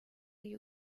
you